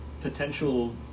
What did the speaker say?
potential